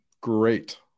Great